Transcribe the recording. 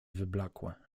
wyblakłe